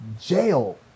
jail